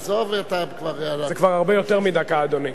עזוב, אתה כבר, זה כבר הרבה יותר מדקה, אדוני.